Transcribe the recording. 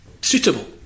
suitable